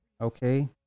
Okay